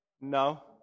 No